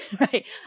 right